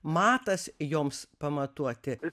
matas joms pamatuoti